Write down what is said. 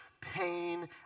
pain